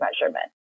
measurement